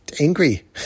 angry